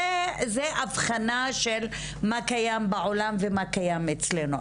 זאת הבחנה בין מה שקיים בעולם לבין מה שקיים אצלנו.